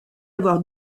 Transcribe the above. avoir